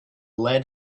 lead